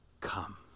come